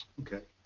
okay.